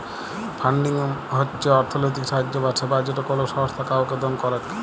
funding হচ্ছ অর্থলৈতিক সাহায্য বা সেবা যেটা কোলো সংস্থা কাওকে দেন করেক